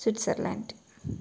Switzerland